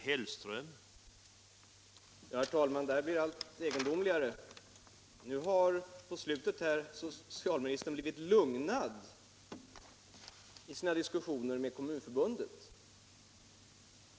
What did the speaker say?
Herr talman! Det här blir allt egendomligare. Nu heter det att socialministern har blivit lugnad av sina diskussioner med Kommunförbundet.